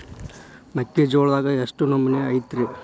ಮೆಕ್ಕಿಜೋಳದಾಗ ಎಷ್ಟು ನಮೂನಿ ಐತ್ರೇ?